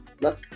Look